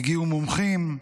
הגיעו מומחים,